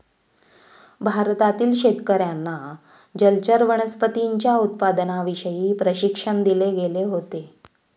भारतातील शेतकर्यांना जलचर वनस्पतींच्या उत्पादनाविषयी प्रशिक्षण दिले गेले होते